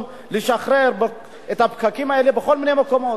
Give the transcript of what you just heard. לשחרר את הפקקים האלה בכל מיני מקומות.